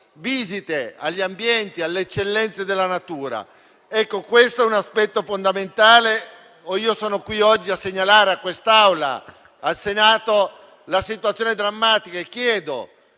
visite agli ambienti e alle eccellenze della natura. Questo è un aspetto fondamentale e io sono qui oggi a segnalare a quest'Aula del Senato una situazione drammatica. Chiedo